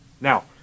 Now